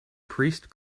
priest